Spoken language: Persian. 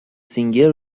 سینگر